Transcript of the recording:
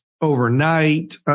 overnight